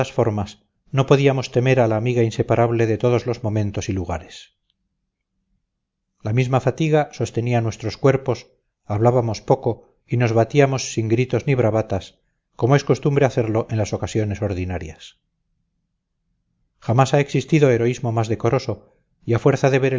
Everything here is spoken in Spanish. formas no podíamos temer a la amiga inseparable de todos los momentos y lugares la misma fatiga sostenía nuestros cuerpos hablábamos poco y nos batíamos sin gritos ni bravatas como es costumbre hacerlo en las ocasiones ordinarias jamás ha existido heroísmo más decoroso y a fuerza de ver